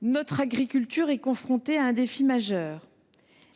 Notre agriculture est confrontée à un défi majeur.